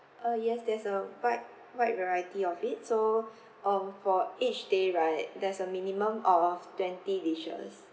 uh yes there's a wide wide variety of it so um for each day right there's a minimum of twenty dishes